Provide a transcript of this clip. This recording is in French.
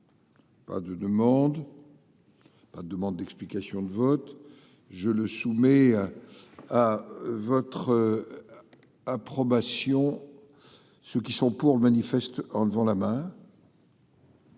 Pas de demande pas demande d'explications de vote je le soumets à votre approbation. Ceux qui sont pour le manifeste en levant la main.